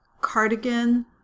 cardigan